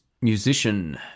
musician